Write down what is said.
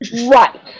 Right